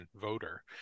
voter